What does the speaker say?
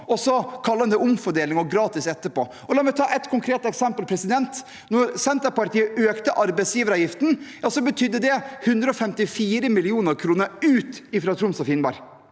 og så kaller en det omfordeling og gratis etterpå. La meg ta ett konkret eksempel: Da Senterpartiet økte arbeidsgiveravgiften, betydde det 154 mill. kr ut fra Troms og Finnmark.